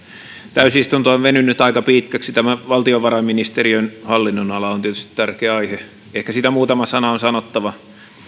täysistunto on venynyt aika pitkäksi tämä valtiovarainministeriön hallinnonala on tietysti tärkeä aihe ehkä siitä muutama sana on sanottava